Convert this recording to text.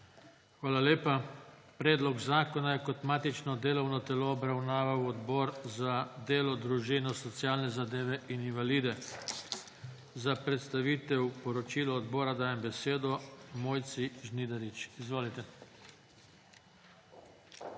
Hvala lepa. Predlog zakona je kot matično delovno telo obravnaval Odbor za delo, družino, socialne zadeve in invalide. Za predstavitev poročila odbora dajem besedo Mojci Žnidarič. Izvolite.